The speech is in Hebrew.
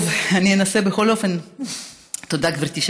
טוב, אני אנסה בכל אופן, תודה, גברתי,